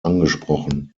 angesprochen